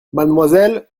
mademoiselle